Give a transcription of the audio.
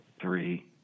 three